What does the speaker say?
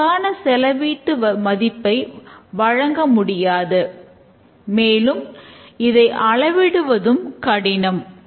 இதற்கான செலவீட்டு மதிப்பை வழங்கமுடியாது மேலும் இதை அளவிடுவதும் கடினம்